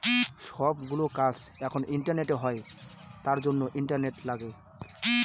সব গুলো কাজ এখন ইন্টারনেটে হয় তার জন্য ইন্টারনেট লাগে